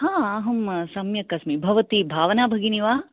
अहं सम्यक् अस्मि भवती भावना भगिनी वा